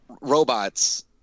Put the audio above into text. robots